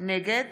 נגד